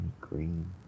green